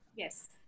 Yes